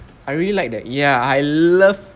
I really like that ya I love